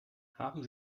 haben